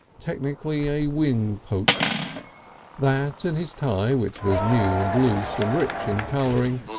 technically a wing-poke that and his tie, which was new and loose and rich in colouring,